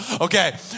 Okay